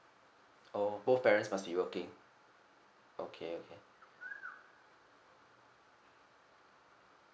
oh both parents must be working okay okay